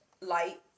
Light